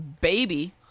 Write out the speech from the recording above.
Baby